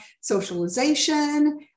socialization